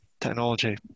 Technology